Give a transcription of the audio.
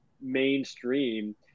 mainstream